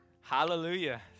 hallelujah